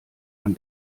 man